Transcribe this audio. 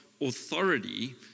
authority